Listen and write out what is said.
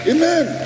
Amen